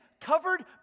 covered